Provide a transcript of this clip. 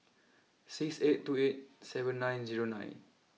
six eight two eight seven nine zero nine